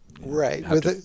Right